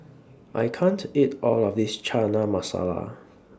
I can't eat All of This Chana Masala